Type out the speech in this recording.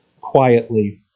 quietly